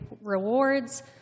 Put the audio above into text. rewards